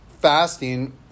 fasting